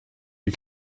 die